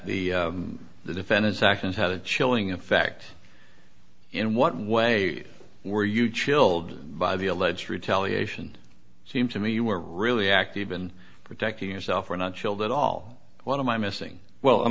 the the defendant's actions had a chilling effect in what way were you chilled by the alleged retaliation seems to me you were really active in protecting yourself were not chilled that all one of my missing well i'm